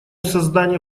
создание